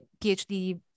PhD